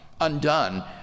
undone